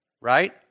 Right